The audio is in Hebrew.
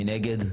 מי נגד?